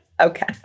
okay